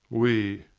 we.